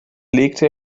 legte